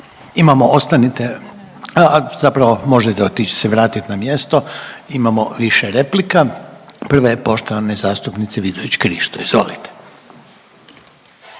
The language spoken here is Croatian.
Imamo ostanite, a zapravo možete otić se vratit na mjesto. Imamo više replika, prva je poštovane zastupnice Vidović Krišto.